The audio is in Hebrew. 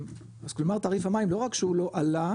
אז כלומר תעריף המים לא רק שהוא לא עלה.